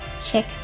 check